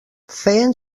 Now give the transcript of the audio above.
feien